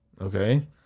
Okay